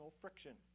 friction